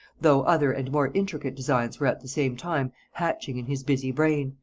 though other and more intricate designs were at the same time hatching in his busy brain,